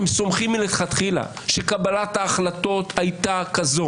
הם סומכים מלכתחילה שקבלת ההחלטות הייתה כזאת